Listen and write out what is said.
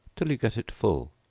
till you get it full.